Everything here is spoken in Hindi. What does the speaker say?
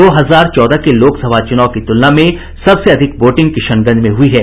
दो हजार चौदह के लोकसभा चुनाव की तुलना में सबसे अधिक वोटिंग किशनगंज में हुई है